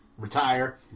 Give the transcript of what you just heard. Retire